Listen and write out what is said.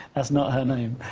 that's not her name.